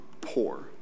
poor